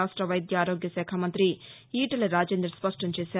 రాష్ట వైద్యారోగ్యశాఖ మంత్రి ఈటెల రాజేందర్ స్పష్టం చేశారు